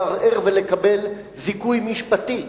לערער ולקבל זיכוי משפטי.